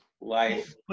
life